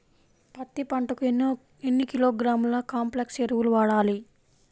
పత్తి పంటకు ఎన్ని కిలోగ్రాముల కాంప్లెక్స్ ఎరువులు వాడాలి?